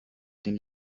den